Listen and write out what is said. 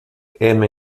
heme